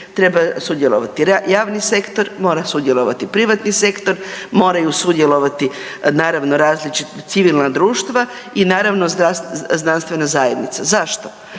treba sudjelovati javni sektor, mora sudjelovati privatni sektor, moraju sudjelovati naravno različita civilna društva i naravno znanstvena zajednica. Zašto?